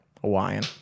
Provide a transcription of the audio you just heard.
Hawaiian